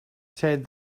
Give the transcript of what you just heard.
said